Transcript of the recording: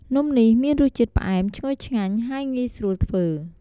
នំនេះមានរសជាតិផ្អែម ឈ្ងុយឆ្ងាញ់ ហើយងាយស្រួលធ្វើ។